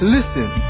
Listen